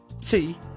See